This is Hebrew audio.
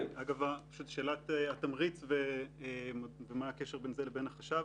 אגב שאלת התמריץ ומה הקשר בין זה לבין החשב,